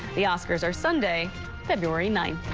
the oscars are sunday february ninth.